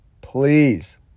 please